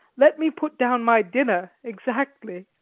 let me put down my dinner exactly.